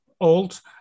old